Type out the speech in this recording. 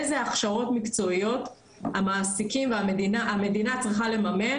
איזה הכשרות מקצועיות המדינה צריכה לממן